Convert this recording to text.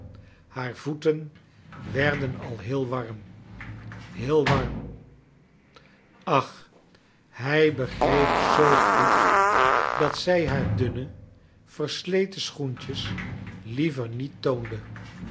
haar voeten werden al heel warm heel warm t ach hij begreep zoo goed dat zij haar dunne versleten schoentjes liever niet